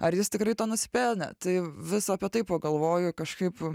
ar jis tikrai to nusipelnė tai vis apie tai pagalvoju kažkaip